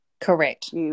Correct